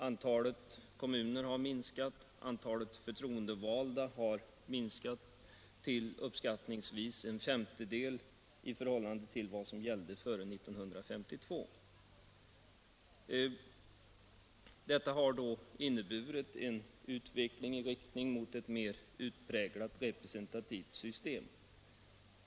Antalet kommuner har minskat, antalet förtroendevalda har minskat till uppskattningsvis en femtedel i förhållande till vad som gällde före 1952. Detta har då inneburit en utveckling i riktning mot ett mer utpräglat representativt system.